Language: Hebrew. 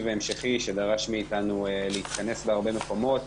ההמשכי שדרש מאתנו להתכנס בהרבה מקומות.